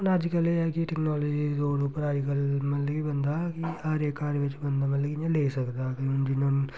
हून अज्जकल एह् कि टैक्नोलाजी उप्पर मतलब लोग अज्जकल बंदा कि हर इक घर बिच्च बंदा मतलब कि इ'यां लेई सकदा हून जियां हून